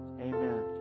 amen